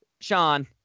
Sean